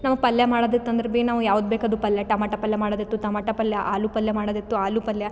ನಮ್ಗೆ ಪಲ್ಯ ಮಾಡೋದಿತ್ತು ಅಂದ್ರೆ ಬಿ ನಾವು ಯಾವ್ದು ಬೇಕು ಅದು ಪಲ್ಯ ಟಮಾಟ ಪಲ್ಯ ಮಾಡೋದಿತ್ತು ತಮಾಟ ಪಲ್ಯ ಆಲು ಪಲ್ಯ ಮಾಡೋದಿತ್ತು ಆಲು ಪಲ್ಯ